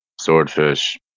Swordfish